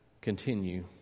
Continue